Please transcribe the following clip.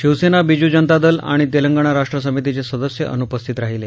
शिवसेना बिजू जनता दल आणि तेलंगणा राष्ट्रसमितीचे सदस्य अनुपस्थित राहिले